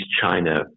China